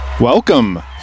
Welcome